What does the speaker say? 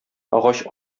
агач